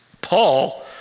Paul